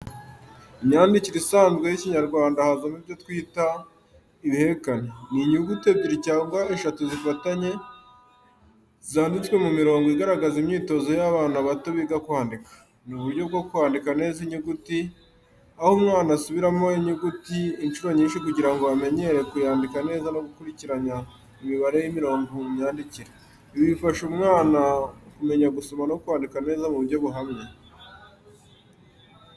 Imyandikire isanzwe y'ikinyarwanda hazamo ibyo twita ibihekane. Ni inyuguti ebyeri cyangwa eshatu zifatanye, zanditswe mu mirongo igaragaza imyitozo y’abana bato biga kwandika. Ni uburyo bwo kwandika neza nyuguti, aho umwana asubiramo inyuguti inshuro nyinshi kugira ngo amenyere kuyandika neza no gukurikiranya imibare y’imirongo mu myandikire. Ibi bifasha umwana kumenya gusoma no kwandika neza mu buryo buhamye.